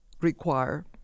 require